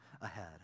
ahead